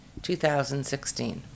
2016